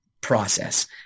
process